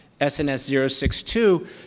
SNS062